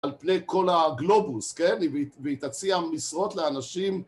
על פני כל הגלובוס, כן, והיא תציעה משרות לאנשים